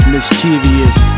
Mischievous